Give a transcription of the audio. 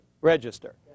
register